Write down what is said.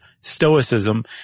stoicism